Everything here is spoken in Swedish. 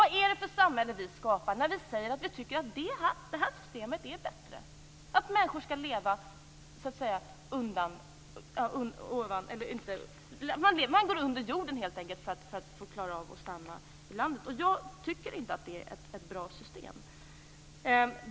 Vad är det för samhälle vi skapar när vi säger att det är ett bättre system att människor måste gå under jorden för att kunna stanna i landet? Jag tycker inte att det är ett bra system.